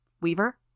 Weaver